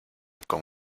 con